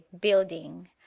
building